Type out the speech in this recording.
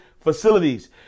facilities